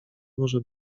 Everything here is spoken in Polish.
może